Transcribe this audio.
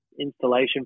Installation